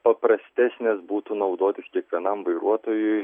paprastesnis būtų naudotis kiekvienam vairuotojui